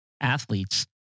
athletes